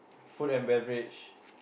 food and beverage